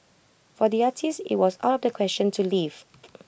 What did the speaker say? for the artist IT was out of the question to leave